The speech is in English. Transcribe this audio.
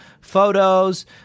photos